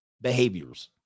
behaviors